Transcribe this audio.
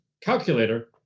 calculator